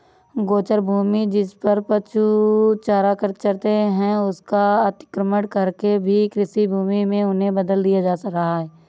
गोचर भूमि, जिसपर पशु चारा चरते हैं, उसका अतिक्रमण करके भी कृषिभूमि में उन्हें बदल दिया जा रहा है